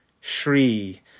Shri